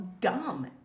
dumb